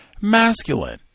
masculine